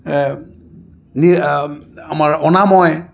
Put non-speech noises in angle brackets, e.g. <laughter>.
<unintelligible> আমাৰ অনাময়